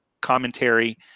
commentary